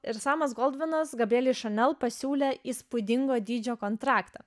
ir samas goldvinas gabrielei šanel pasiūlė įspūdingo dydžio kontraktą